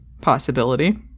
possibility